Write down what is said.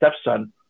stepson